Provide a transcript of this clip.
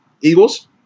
Eagles